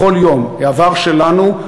העבר שלנו,